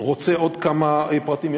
רוצה לתת עוד כמה פרטים.